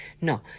No